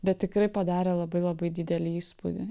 bet tikrai padarė labai labai didelį įspūdį